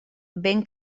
ben